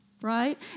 right